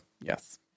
Yes